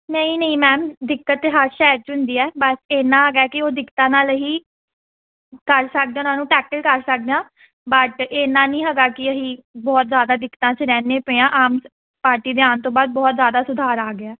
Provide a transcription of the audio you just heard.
ਨਹੀਂ ਨਹੀਂ ਮੈਮ ਦਿੱਕਤ ਤਾਂ ਹਰ ਸ਼ਹਿਰ 'ਚ ਹੁੰਦੀ ਹੈ ਬਸ ਇੰਨਾ ਹੈਗਾ ਕਿ ਉਹ ਦਿੱਕਤਾਂ ਨਾਲ ਹੀ ਕਰ ਸਕਦੇ ਹਾਂ ਉਹਨਾਂ ਨੂੰ ਟੈਕਟਿਲ ਕਰ ਸਕਦੇ ਹਾਂ ਬਟ ਇੰਨਾ ਨਹੀਂ ਹੈਗਾ ਕਿ ਅਸੀਂ ਬਹੁਤ ਜ਼ਿਆਦਾ ਦਿੱਕਤਾਂ 'ਚ ਰਹਿੰਦੇ ਪਏ ਹਾਂ ਆਮ ਪਾਰਟੀ ਦੇ ਆਉਣ ਤੋਂ ਬਾਅਦ ਬਹੁਤ ਜ਼ਿਆਦਾ ਸੁਧਾਰ ਆ ਗਿਆ